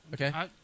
Okay